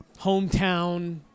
Hometown